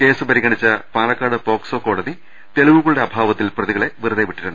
case പരിഗണിച്ച Palakkad POCSO കോടതി തെളിവുകളുടെ അഭാ വത്തിൽ പ്രതികളെ വെറുതെ വിട്ടിരുന്നു